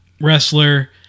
wrestler